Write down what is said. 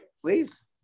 Please